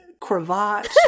cravat